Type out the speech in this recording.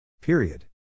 Period